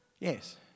Yes